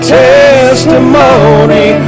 testimony